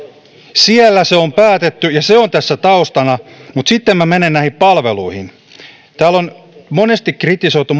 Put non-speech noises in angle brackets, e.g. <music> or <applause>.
siellä se on päätetty ja se on tässä taustana mutta sitten menen näihin palveluihin täällä on monessa puheenvuorossa kritisoitu <unintelligible>